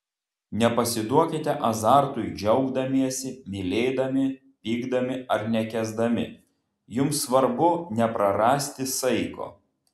nepasiduokite azartui džiaugdamiesi mylėdami pykdami ar nekęsdami jums svarbu neprarasti saiko